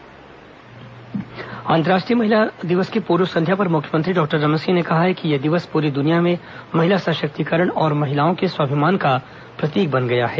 अंतर्राष्ट्रीय महिला दिवस अंतर्राष्ट्रीय महिला दिवस की पूर्व संध्या पर मुख्यमंत्री डॉक्टर रमन सिंह ने कहा है कि यह दिवस पूरी दुनिया में महिला सशक्तिकरण और महिलाओं के स्वाभिमान का प्रतीक बन गया है